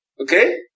Okay